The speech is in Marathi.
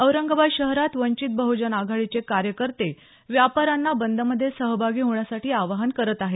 औरंगाबाद शहरात वंचित बहजन आघाडीचे कार्यकर्ते व्यापाऱ्यांना बंदमधे सहभागी होण्यासाठी आवाहन करत आहेत